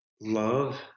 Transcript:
love